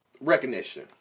recognition